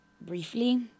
Briefly